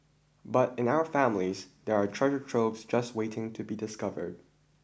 but in our families there are treasure troves just waiting to be discovered